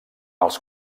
els